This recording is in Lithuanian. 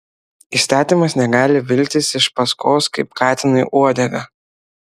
įstatymas negali vilktis iš paskos kaip katinui uodega